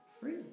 free